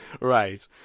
right